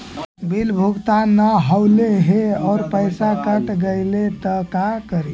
Bill भुगतान न हौले हे और पैसा कट गेलै त का करि?